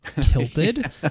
tilted